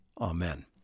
Amen